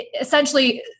essentially